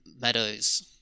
meadows